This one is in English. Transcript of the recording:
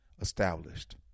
established